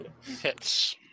hits